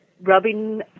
rubbing